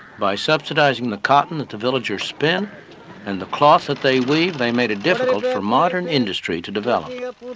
by subsidizing the cotton that the villagers spin and the cloth that they weave, they made it difficult for modern industry to develop.